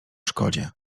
szkodzie